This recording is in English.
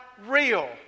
Real